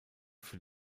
für